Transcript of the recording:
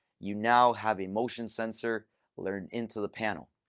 you now have a motion sensor learned into the panel.